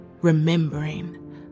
remembering